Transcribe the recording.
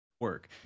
work